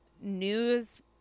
news